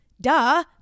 Duh